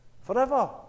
forever